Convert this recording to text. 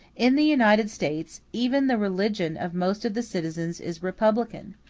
in the united states, even the religion of most of the citizens is republican,